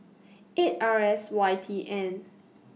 eight R S Y T N